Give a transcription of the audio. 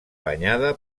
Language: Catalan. banyada